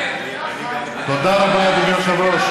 תודה רבה, אדוני היושב-ראש.